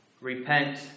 repent